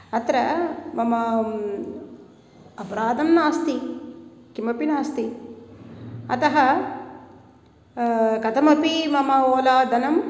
अत्र मम अपराधं नास्ति किमपि नास्ति अतः कथमपि मम ओला धनम्